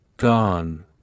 Gone